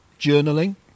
journaling